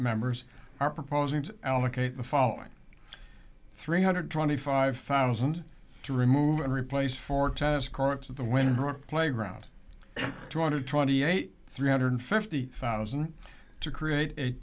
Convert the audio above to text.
members are proposing to allocate the following three hundred twenty five thousand to remove and replace four tennis courts of the women playground two hundred twenty eight three hundred fifty thousand to create a